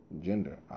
gender